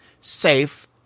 safe